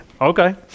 Okay